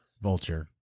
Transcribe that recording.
Vulture